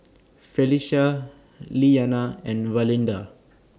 Felicia Lilyana and Valinda